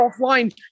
offline